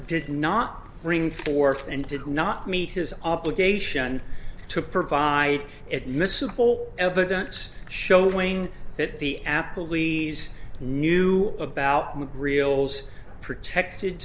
did not bring forth and did not meet his obligation to provide it miscible evidence showing that the apple e s knew about mcgreal zz protected